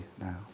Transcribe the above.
now